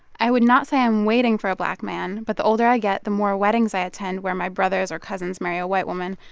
i would not say i'm waiting for a black man, but the older i get, the more weddings i attend where my brothers or cousins marry a white woman,